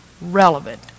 relevant